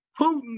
Putin